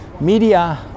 Media